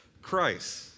Christ